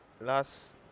last